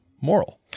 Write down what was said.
moral